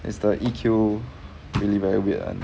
is the E_Q really very weird